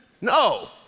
No